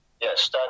Yes